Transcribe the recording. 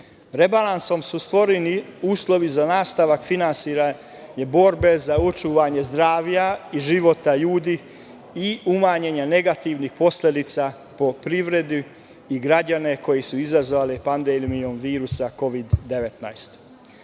rashoda. Rebalansom su stvoreni uslove za nastavak finansiranja borbe za očuvanje zdravlja i života ljudi i umanjenja negativnih posledica po privredu i građane koji su izazvani pandemijom virusa Kovid